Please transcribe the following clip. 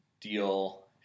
deal